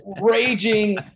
raging